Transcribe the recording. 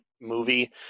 movie